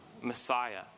Messiah